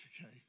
Okay